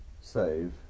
save